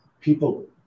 people